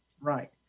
Right